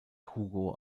hugo